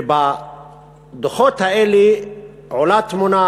ובדוחות האלה עולה תמונה,